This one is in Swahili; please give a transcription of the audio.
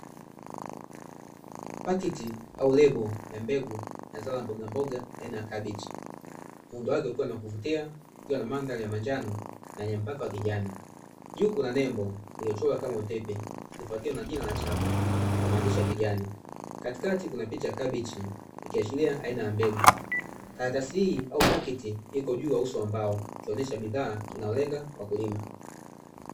Pakiti au lebo ya mbegu ya zao la mbogamboga aina ya kabichi, muundo wake ukiwa ni wa kuvutia ukiwa na mandhari ya manjano na wenye mpaka wa kijani, juu kuna nembo iliyochorwa kama utepe ikifuatia na jina la chapa kwa maandishi ya kijani, katikati kuna picha ya kabichi ikiashiria aina ya mbegu, karatasi hii au pakiti iko juu ya uso wa mbao ikionesha bidhaa inayolenga wakulima.